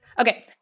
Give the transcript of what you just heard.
Okay